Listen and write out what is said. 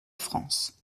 france